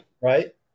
Right